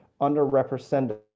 underrepresented